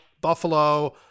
buffalo